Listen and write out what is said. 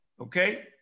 okay